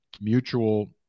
mutual